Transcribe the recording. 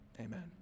Amen